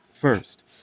First